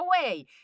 Away